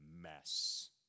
mess